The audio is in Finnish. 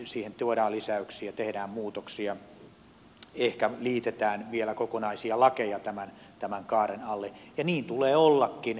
siihen tuodaan lisäyksiä tehdään muutoksia ehkä liitetään vielä kokonaisia lakeja tämän kaaren alle ja niin tulee ollakin